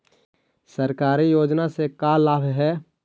सरकारी योजना से का लाभ है?